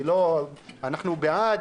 אנחנו בעד.